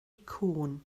cŵn